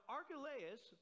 Archelaus